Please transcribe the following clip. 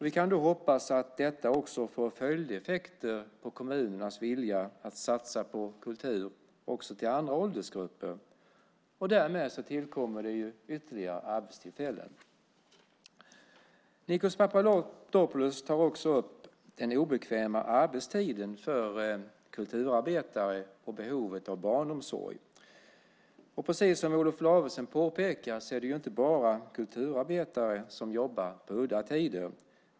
Vi kan hoppas att detta också får följdeffekter på kommunernas vilja att satsa på kultur också till andra åldersgrupper. Därmed tillkommer ytterligare arbetstillfällen. Nikos Papadopoulos tar också upp den obekväma arbetstiden för kulturarbetare och behovet av barnomsorg. Precis som Olof Lavesson påpekar är det inte bara kulturarbetare som jobbar på udda tider.